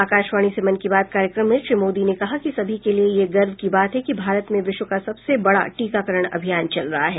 आकाशवाणी से मन की बात कार्यक्रम में श्री मोदी ने कहा कि सभी के लिए यह गर्व की बात है कि भारत में विश्व का सबसे बड़ा टीकाकरण अभियान चल रहा है